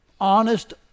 honest